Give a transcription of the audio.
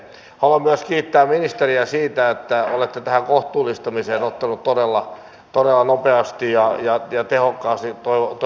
haluan myös kiittää ministeriä siitä että olette tähän kohtuullistamiseen ottanut todella nopeasti ja tehokkaasti kantaa